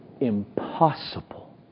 impossible